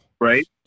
Right